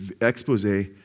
expose